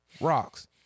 rocks